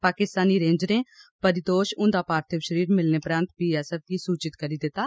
पाकिस्तानी रेंजरें परितोश हुंदा पार्थिव शरीर मिलने परैंत बीएसएफ गी सूचित करी दित्ता